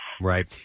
Right